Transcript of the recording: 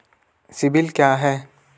CIBIL क्या है?